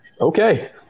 Okay